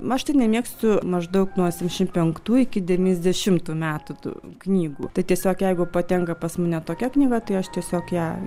aš tai nemėgstu maždaug nuo septyniasdešim penktų iki devyniasdešimtų metų tų knygų tai tiesiog jeigu patenka pas mane tokia knyga tai aš tiesiog ją